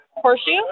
Horseshoe